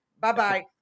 Bye-bye